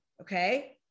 Okay